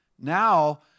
now